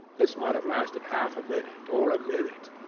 this might have lasted half a minute, or a minute,